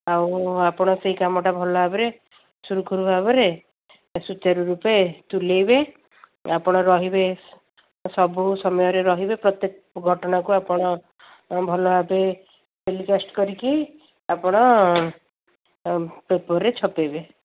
ଆଉ ଆପଣ ସେଇ କାମଟା ଭଲ ଭାବରେ ସୁରୁଖୁରୁ ଭାବରେ ସୂଚାରୁ ରୂପେ ତୁଲେଇବେ ଆପଣ ରହିବେ ସବୁ ସମୟରେ ରହିବେ ପ୍ରତ୍ୟେକ ଘଟଣାକୁ ଆପଣ ଭଲ ଭାବେ ଟେଲିକାଷ୍ଟ କରିକି ଆପଣ ପେପରରେ ଛପେଇବେ